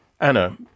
Anna